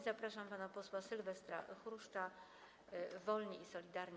Zapraszam pana posła Sylwestra Chruszcza, Wolni i Solidarni.